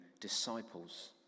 disciples